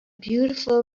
beautiful